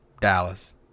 Dallas